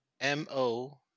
M-O